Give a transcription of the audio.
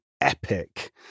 epic